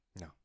no